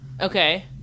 Okay